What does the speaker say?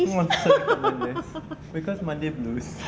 only on selected mondays because monday blues